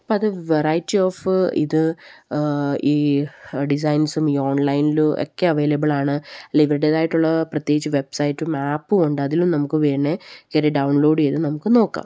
അപ്പോള് അത് variety of ഇത് ഈ ഡിസൈൻസും ഈ ഓൺലൈനിലൊക്കെ അവൈലബിളാണ് അല്ലെങ്കില് ഇവരുടേതായിട്ടുള്ള പ്രത്യേകിച്ച് വെബ്സൈറ്റും ആപ്പുമുണ്ട് അതിലും നമുക്ക് വേണമെങ്കില് കയറി ഡൗൺലോഡ് ചെയ്ത് നമുക്ക് നോക്കാം